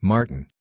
Martin